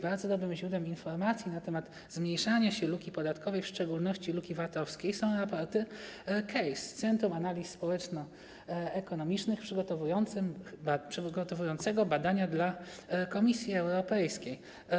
Bardzo dobrym źródłem informacji na temat zmniejszania się luki podatkowej, w szczególności luki VAT-owskiej, są raporty CASE, Centrum Analiz Społeczno-Ekonomicznych, przygotowującego badania dla Komisji Europejskiej.